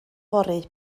fory